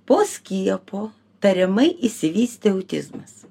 po skiepo tariamai išsivystė autizmas